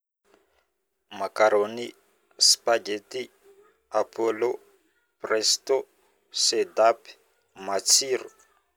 Makarony, spagety, apôlô; prestô; sedapy, matsiro